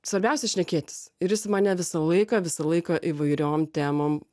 svarbiausia šnekėtis ir jis mane visą laiką visą laiką įvairiom temom